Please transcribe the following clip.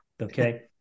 Okay